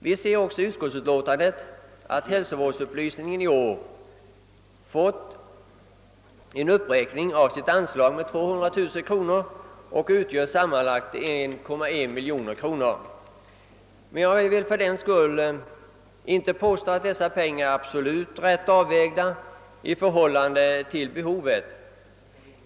Vi ser också av utskottsutlåtandet, att hälsovårdsupplysningen i år fått sitt anslag uppräknat med 200 000 kronor och att anslaget nu uppgår till 1,1 miljon kronor. Men jag vill inte för den skull påstå att anslaget är absolut riktigt avvägt i förhållande till behovet.